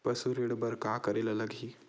पशु ऋण बर का करे ला लगही?